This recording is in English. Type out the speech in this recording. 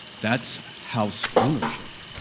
that's house ownership.